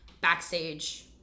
backstage